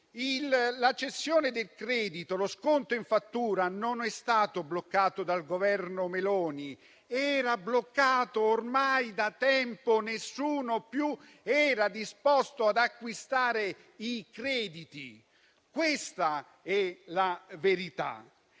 La cessione del credito e lo sconto in fattura non sono stati bloccati dal Governo Meloni, ma lo erano già da tempo: nessuno era più disposto ad acquistare i crediti. Questa è la verità.